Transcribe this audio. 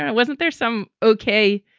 and wasn't there some. okay.